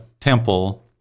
temple